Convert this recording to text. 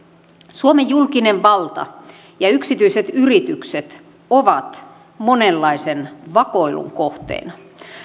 suomen julkinen valta ja yksityiset yritykset ovat monenlaisen vakoilun kohteena